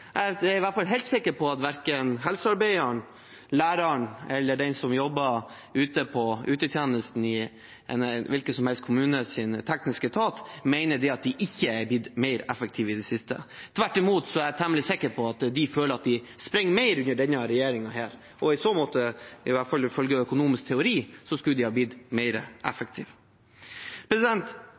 Jeg tror ikke det er tilfellet. Jeg er i hvert fall helt sikker på at verken helsearbeideren, læreren eller den som jobber i utetjenesten i en hvilken som helst kommunes tekniske etat, mener at de ikke er blitt mer effektive i det siste. Tvert imot er jeg temmelig sikker på at de føler at de springer mer under denne regjeringen, og i så måte – i hvert fall ifølge økonomisk teori – skulle de ha blitt mer effektive.